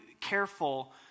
careful